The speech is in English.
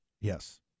yes